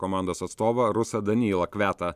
komandos atstovą rusą danilą kvetą